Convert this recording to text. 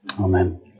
Amen